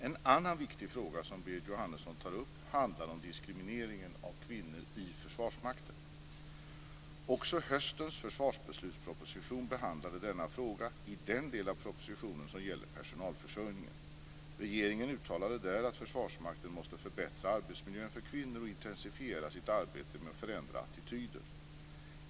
En annan viktig fråga som Berit Jóhannesson tar upp handlar om diskrimineringen av kvinnor i Försvarsmakten. Regeringen uttalade där att Försvarsmakten måste förbättra arbetsmiljön för kvinnor och intensifiera sitt arbete med att förändra attityder.